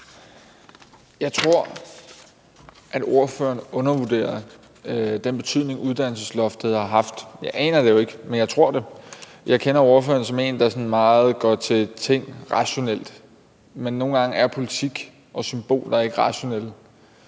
Jeg tror, at ordføreren undervurderer den betydning, uddannelsesloftet har haft. Jeg aner det jo ikke, men jeg tror det. Jeg kender ordføreren som en, der sådan går meget rationelt til tingene, men nogle gange er politik og symboler ikke rationelle.